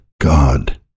God